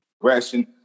progression